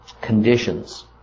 conditions